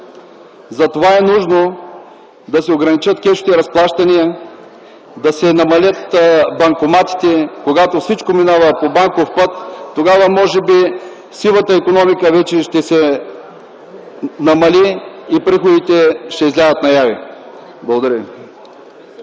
Затова е нужно да се ограничат кешовите разплащания, да се намалят банкоматите. Когато всичко минава по банков път, тогава може би сивата икономика вече ще се намали и приходите ще излязат на яве. Благодаря